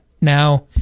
now